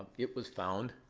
it was found.